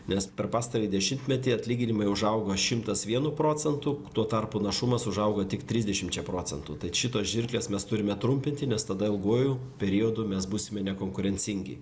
nes per pastarąjį dešimtmetį atlyginimai užaugo šimtas vienu procentu tuo tarpu našumas užaugo tik trisdešimčia procentų tad šitos žirklės mes turime trumpinti nes tada ilguoju periodu mes būsime nekonkurencingi